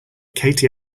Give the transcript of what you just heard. katie